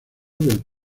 del